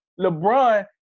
LeBron